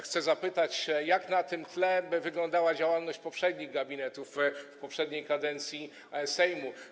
Chcę zapytać, jak na tym tle wygląda działalność poprzednich gabinetów w poprzedniej kadencji Sejmu.